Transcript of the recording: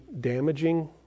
damaging